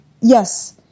yes